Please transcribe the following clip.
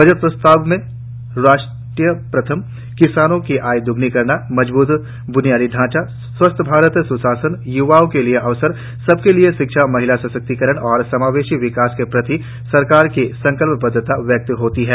budget प्रस्तावों से राष्ट्र प्रथम किसानों की आय दोग्नी करने मजबूत ब्नियादी ढांचा स्वस्थ भारत स्शासन य्वाओं के लिए अवसर सबके लिए शिक्षा महिला सशक्तिकरण और समावेशी विकास के प्रति सरकार की संकल्पबद्धता व्यक्त होती है